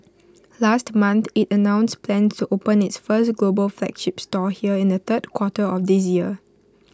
last month IT announced plans to open its first global flagship store here in the third quarter of this year